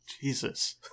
Jesus